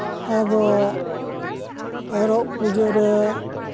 ᱟᱫᱚ ᱮᱨᱚᱜ ᱯᱩᱡᱟᱹ ᱨᱮ